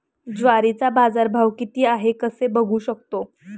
ज्वारीचा बाजारभाव किती आहे कसे बघू शकतो?